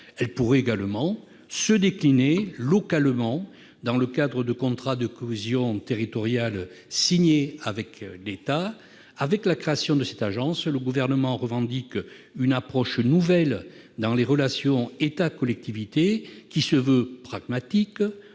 Elle pourrait également se décliner localement dans le cadre de contrats de cohésion territoriale signés avec l'État. Avec la création de cette agence, le Gouvernement revendique une approche nouvelle des relations entre l'État et les collectivités, pragmatique